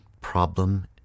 Problem